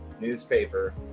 newspaper